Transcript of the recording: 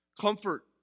Comfort